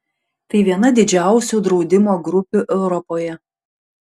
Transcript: tai viena didžiausių draudimo grupių europoje